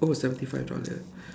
oh seventy five dollar